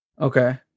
Okay